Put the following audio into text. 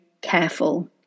careful